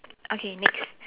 okay next